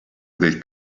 del